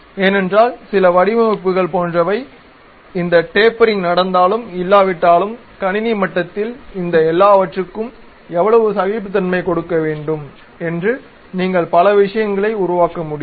ஏனென்றால் சில வடிவமைப்புகள் போன்றவை இந்த டேப்பரிங் நடந்தாலும் இல்லாவிட்டாலும் கணினி மட்டத்தில் இந்த எல்லாவற்றுக்கும் எவ்வளவு சகிப்புத்தன்மை கொடுக்க வேண்டும் என்று நீங்கள் பல விஷயங்களை உருவாக்க முடியும்